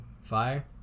fire